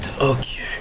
Okay